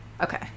okay